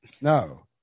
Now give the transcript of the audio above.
No